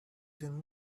them